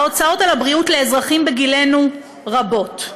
ההוצאות על הבריאות לאזרחים בגילנו רבות.